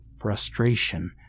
frustration